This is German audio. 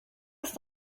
ist